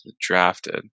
Drafted